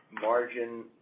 Margin